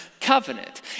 covenant